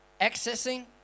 Accessing